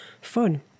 fun